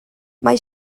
mae